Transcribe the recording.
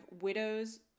widows